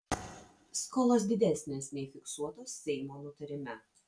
skolos didesnės nei fiksuotos seimo nutarime